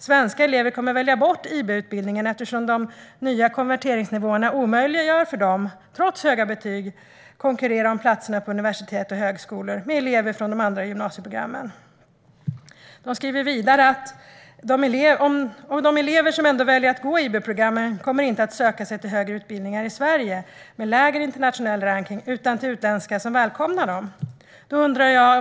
Svenska elever kommer att välja bort IB-utbildningen eftersom de nya konverteringsnivåerna omöjliggör för dem att, trots höga betyg, konkurrera om platserna på universitet och högskolor med elever från de andra gymnasieprogrammen. De skriver vidare att de elever som ändå väljer att gå IB-programmet inte kommer att söka sig till högre utbildningar i Sverige, med lägre internationell rankning, utan till utländska som välkomnar dem.